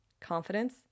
Confidence